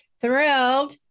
thrilled